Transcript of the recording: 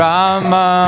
Rama